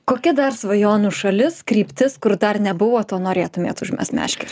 kokia dar svajonių šalis kryptis kur dar nebuvot o norėtumėt užmest meškerę